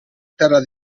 terra